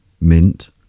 mint